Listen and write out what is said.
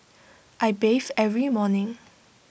I bathe every morning